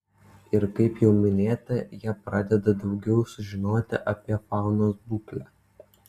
ir kaip jau minėta jie padeda daugiau sužinoti apie faunos būklę